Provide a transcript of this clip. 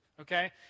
okay